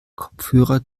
kopfhörer